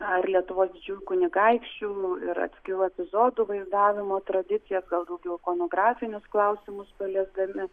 ar lietuvos didžiųjų kunigaikščių ir atskirų epizodų vaizdavimo tradicijas gal daugiau ikonografinius klausimus paliesdami